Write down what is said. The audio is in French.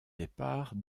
départs